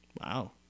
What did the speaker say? Wow